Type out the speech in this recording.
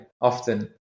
often